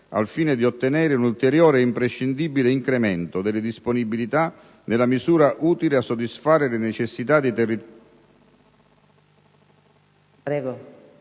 al fine di ottenere un ulteriore e imprescindibile incremento delle disponibilità nella misura utile a soddisfare le necessità di tutti